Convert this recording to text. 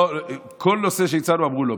בינתיים כל נושא שהצענו, אמרו לא.